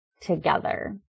together